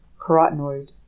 carotenoid